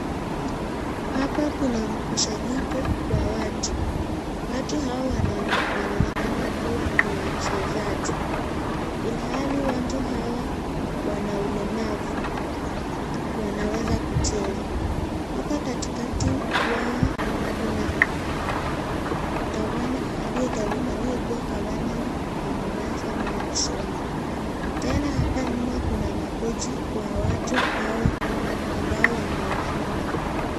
Hapa kuna mkusanyiko wa watu ,watu hawa wanaonekana kuwa ni wachezaji ilhali watu hawa wana ulemavu, wanaweza kucheza ,hapa katikati wao kuna gavana aliyekuwa gavana wa Mombasa Mike Sonko ,tena hapa nyuma kuna makochi wa watu hawa ambao wanawafunza.